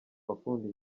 bakunda